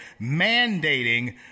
mandating